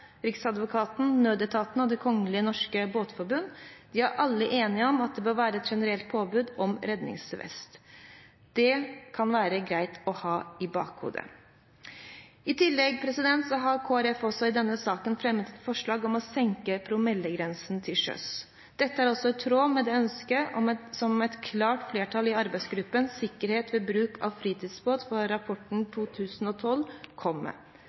Riksadvokaten, nødetatene og Kongelig Norsk Båtforbund. De er alle enige om at det bør være et generelt påbud om redningsvest. Det kan være greit å ha i bakhodet. I tillegg har Kristelig Folkeparti også i denne saken fremmet et forslag om å senke promillegrensen til sjøs. Dette er også i tråd med det ønsket som et klart flertall i arbeidsgruppen kom med i sin rapport om sikkerhet ved bruk av fritidsbåt, fra 2012.